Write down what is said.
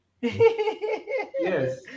yes